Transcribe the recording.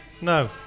No